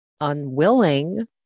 unwilling